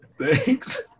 Thanks